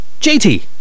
JT